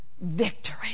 victory